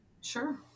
Sure